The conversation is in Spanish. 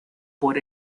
por